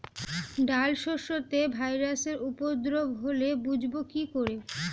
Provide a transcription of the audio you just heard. ডাল শস্যতে ভাইরাসের উপদ্রব হলে বুঝবো কি করে?